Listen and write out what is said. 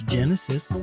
Genesis